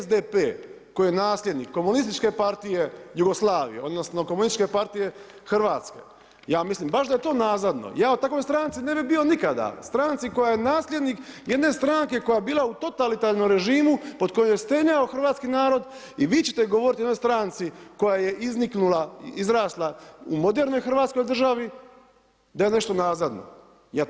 SDP koji je nasljednik Komunističke partije Jugoslavije, odnosno Komunističke partije Hrvatske, ja baš mislim da je to nazadno, ja u takvoj stranci ne bi bio nikada, stranci koja je nasljednik jedne stranke koja je bila u totalitarnom režimu, pod kojom je stenjao hrvatski narod i vi ćete govoriti jednoj stranci koja je izniknula, izrasla u modernoj hrvatskoj državi da je nešto nazadno.